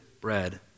bread